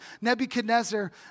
Nebuchadnezzar